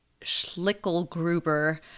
Schlickelgruber